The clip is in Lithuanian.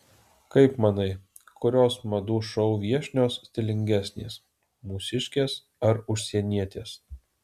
kaip manai kurios madų šou viešnios stilingesnės mūsiškės ar užsienietės